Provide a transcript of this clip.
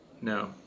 No